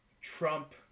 Trump